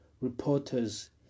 reporters